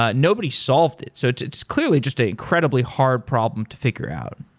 ah nobody solved it. so it's it's clearly just an incredibly hard problem to figure out.